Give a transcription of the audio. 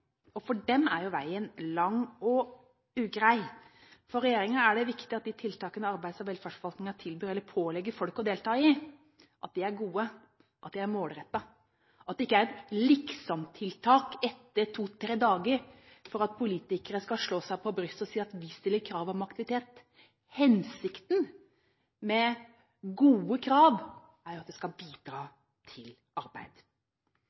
og for dem er veien lang og ugrei. For regjeringen er det viktig at de tiltakene arbeids- og velferdsforvaltningen tilbyr eller pålegger folk å delta i, er gode og målrettede – at det ikke er et «liksomtiltak» etter to–tre dager for at politikere skal kunne slå seg på brystet og si at de stiller krav om aktivitet. Hensikten med gode krav er at de skal bidra til arbeid.